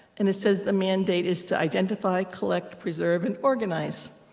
and it says the mandate is to identify, collect, preserve, and organize.